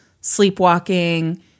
sleepwalking